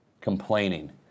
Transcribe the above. complaining